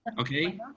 Okay